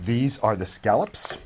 these are the scallops